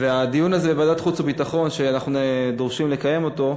והדיון הזה בוועדת החוץ והביטחון שאנחנו דורשים לקיים אותו,